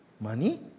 Money